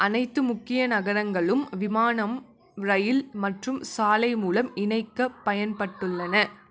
அனைத்து முக்கிய நகரங்களும் விமானம் ரயில் மற்றும் சாலை மூலம் இணைக்க பயன்பட்டுள்ளன